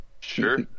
Sure